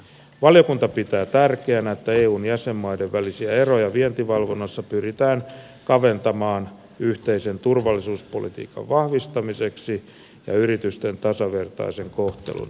valiokunta pitää tärkeänä että eun jäsenmaiden välisiä eroja vientivalvonnassa pyritään kaventamaan yhteisen turvallisuuspolitiikan vahvistamiseksi ja yritysten tasavertaisen kohtelun varmistamiseksi